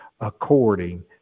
according